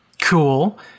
Cool